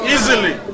Easily